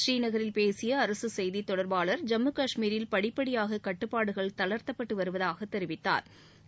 புரீநகரில் பேசிய அரசு செய்தித் தொடர்பாளர் ஜம்மு காஷ்மீரில் படிபடியாக கட்டுப்பாடுகள் தளா்த்தப்பட்டு வருவதாக தெரிவித்தாா்